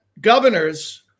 Governor's